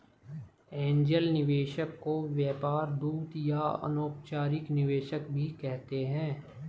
angel निवेशक को व्यापार दूत या अनौपचारिक निवेशक भी कहते हैं